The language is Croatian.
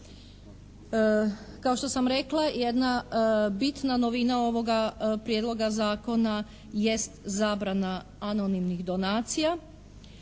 Kao što sam jedna bitna novina ovoga Prijedloga zakona jest zabrana anonimnih donacija,